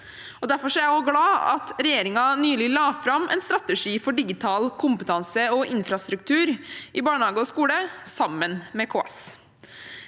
Derfor er jeg glad for at regjeringen nylig la fram en strategi for digital kompetanse og infrastruktur i barnehage og skole sammen med KS.